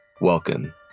Welcome